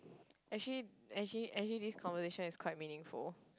actually actually actually this conversation is quite meaningful